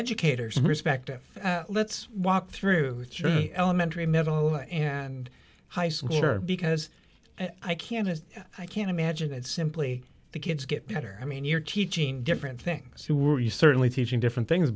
educators perspective let's walk through elementary middle and high school sure because i can't i can't imagine it's simply the kids get better i mean you're teaching different things who are you certainly teaching different things